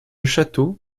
château